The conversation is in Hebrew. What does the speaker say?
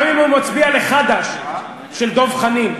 גם אם הוא מצביע לחד"ש של דב חנין,